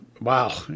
wow